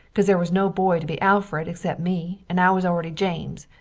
cause there was no boy to be alfred excep me, and i was alredy james,